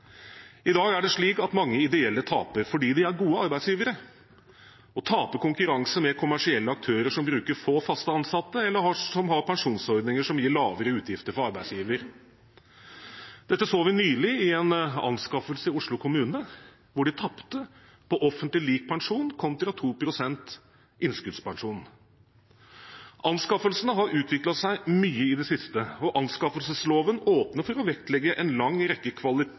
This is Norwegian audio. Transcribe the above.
I dag er det slik at mange ideelle taper fordi de er gode arbeidsgivere, og de taper i konkurransen med kommersielle aktører som bruker få fast ansatte, eller som har pensjonsordninger som gir lavere utgifter for arbeidsgiver. Dette så vi nylig i en anskaffelse i Oslo kommune, hvor de tapte på offentlig lik pensjon kontra 2 pst. innskuddspensjon. Anskaffelsene har utviklet seg mye i det siste, og anskaffelsesloven åpner for å vektlegge en lang rekke